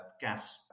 gas